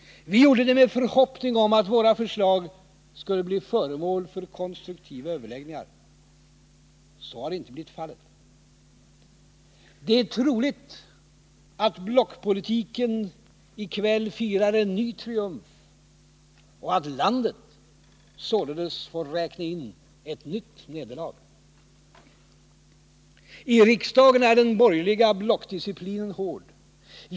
Vi gjorde det med förhoppning om att våra förslag skulle bli föremål för konstruktiva överläggningar. Så har inte blivit fallet. Det är troligt att blockpolitiken i kväll firar en ny triumf och att landet således får räkna in ett nytt nederlag. I riksdagen är den borgerliga blockdisciplinen hård.